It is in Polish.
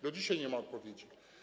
Do dzisiaj nie ma odpowiedzi.